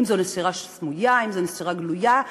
אם נשירה סמויה ואם נשירה גלויה,